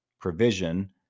provision